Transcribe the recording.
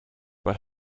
but